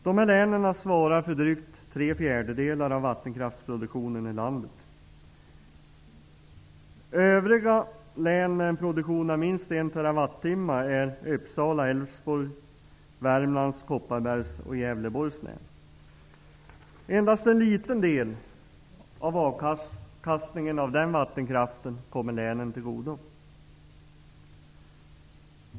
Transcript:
Dessa län svarar för drygt tre fjärdedelar av vattenkraftsproduktionen i landet. Övriga län med en produktion av minst 1 TWh är Uppsala, Gävleborgs län. Endast en liten del av avkastningen av denna vattenkraft kommer länen till godo.